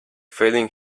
failing